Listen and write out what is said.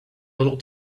little